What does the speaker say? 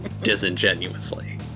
disingenuously